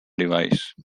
device